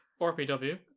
RPW